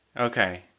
Okay